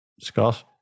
Scott